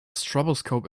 stroboscope